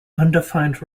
undefined